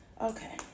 Okay